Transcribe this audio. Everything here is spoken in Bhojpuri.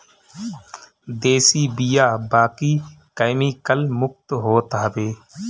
देशी बिया बाकी केमिकल मुक्त होत हवे